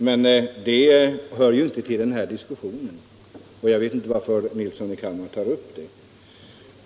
Men det hör inte till den här diskussionen, och jag vet inte varför herr Nilsson i Kalmar tar upp det.